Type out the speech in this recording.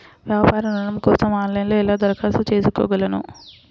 వ్యాపార ఋణం కోసం ఆన్లైన్లో ఎలా దరఖాస్తు చేసుకోగలను?